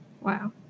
Wow